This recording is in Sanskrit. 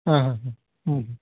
आ हा हा